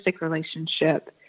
relationship